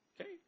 Okay